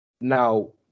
Now